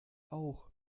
auch